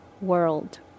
world